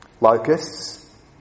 locusts